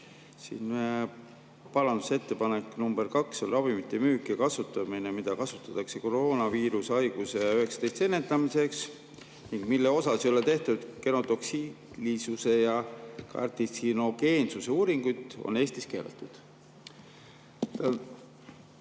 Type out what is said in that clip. on parandusettepanek nr 2: ravimite müük ja kasutamine, mida kasutatakse koroonaviirushaiguse-19 ennetamiseks ning mille osas ei ole tehtud genotoksilisuse ja kartsinogeensuse uuringuid, on Eestis keelatud.